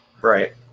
right